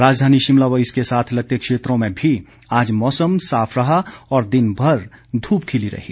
राजधानी शिमला व इसके साथ लगते क्षेत्रों में भी आज मौसम साफ रहा और दिनभर धूप खिली रही